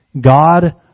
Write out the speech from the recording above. God